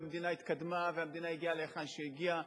והמדינה התקדמה והמדינה הגיעה להיכן שהיא הגיעה.